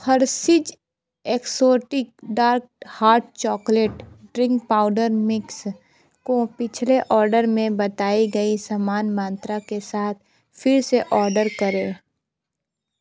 Hershey's exotic dark hot chocolate drink powder mix को पिछले order में बताई गई समान मात्रा के साथ फिर से ऑर्डर करें